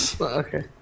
Okay